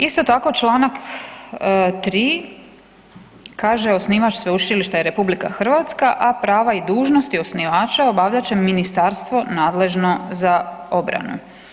Isto tako čl. 3. kaže osnivač sveučilišta je RH, a prava i dužnosti osnivača obavljat će ministarstvo nadležno za obranu.